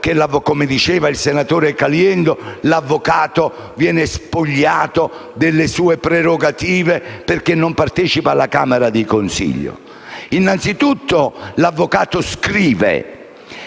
come diceva il senatore Caliendo - che l'avvocato viene spogliato delle sue prerogative perché non partecipa alla camera di consiglio. Innanzitutto, l'avvocato scrive,